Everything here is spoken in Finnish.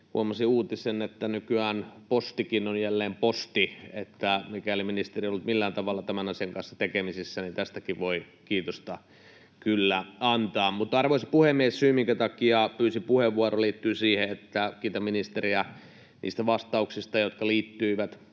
huomasin uutisen, että nykyään Postikin on jälleen Posti. Että mikäli ministeri on ollut millään tavalla tämän asian kanssa tekemisissä, niin tästäkin voi kiitosta kyllä antaa. Mutta, arvoisa puhemies, syy, minkä takia pyysin puheenvuoron, liittyy siihen, että kiitän ministeriä niistä vastauksista, jotka liittyivät